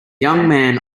man